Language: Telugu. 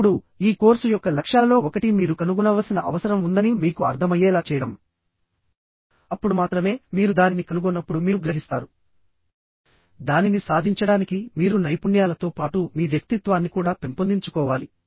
ఇప్పుడు ఈ కోర్సు యొక్క లక్ష్యాలలో ఒకటి మీరు కనుగొనవలసిన అవసరం ఉందని మీకు అర్థమయ్యేలా చేయడం అప్పుడు మాత్రమే మీరు దానిని కనుగొన్నప్పుడు మీరు గ్రహిస్తారు దానిని సాధించడానికి మీరు నైపుణ్యాలతో పాటు మీ వ్యక్తిత్వాన్ని కూడా పెంపొందించుకోవాలి